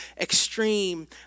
extreme